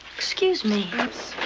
excuse me.